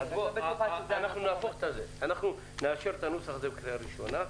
אני פשוט לא בטוחה שזה --- אנחנו נאשר את הנוסח הזה בקריאה ראשונה,